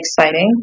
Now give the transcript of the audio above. exciting